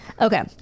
Okay